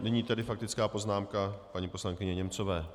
Nyní tedy faktická poznámka paní poslankyně Němcové.